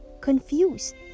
confused